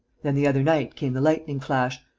then, the other night, came the lightning-flash.